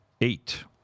Eight